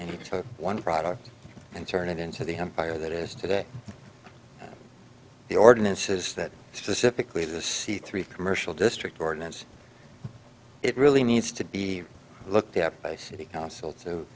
took one product and turn it into the empire that is today the ordinances that specifically the c three commercial district ordinance it really needs to be looked at by the city council to